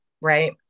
right